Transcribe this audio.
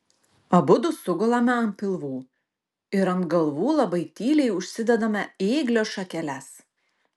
abudu sugulame ant pilvų ir ant galvų labai tyliai užsidedame ėglio šakeles